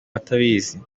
batabizi